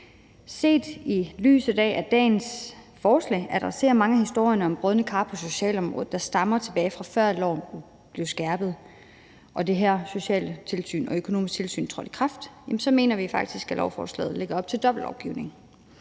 Set i lyset af at dagens forslag adresserer mange af historierne om brodne kar på socialområdet, der stammer tilbage fra, før loven blev skærpet og det her sociale tilsyn og økonomiske tilsyn trådte i kraft, så mener vi faktisk, at beslutningsforslaget lægger op til dobbeltlovgivning.